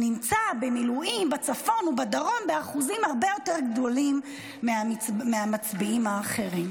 נמצא במילואים בצפון ובדרום באחוזים הרבה יותר גדולים מהמצביעים האחרים.